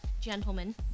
gentlemen